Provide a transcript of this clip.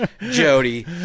Jody